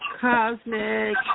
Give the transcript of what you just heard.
cosmic